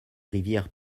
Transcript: rivière